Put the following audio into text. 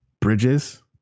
Bridges